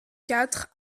quatre